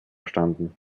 standen